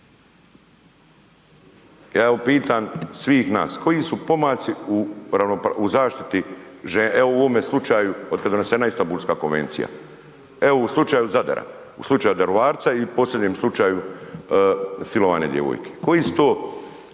Ja pitam svih nas, koji su pomaci u zaštiti u ovome slučaju od kada je donesena Istambulska konvencija, evo u slučaju Zadar, u slučaju Daruvarca i u posljednjem slučaju silovanja djevojke? Koji su to